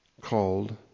called